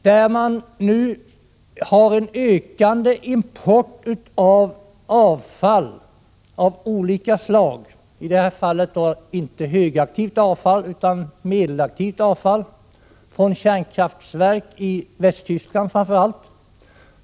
Man har nu en ökande import av avfall av olika slag — i det här fallet inte högaktivt utan medelaktivt avfall från kärnkraftverk i framför allt Västtyskland.